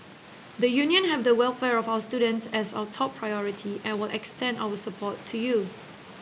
the Union have the welfare of our students as our top priority and will extend our support to you